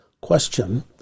question